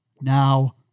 now